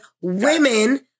women